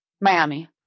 Miami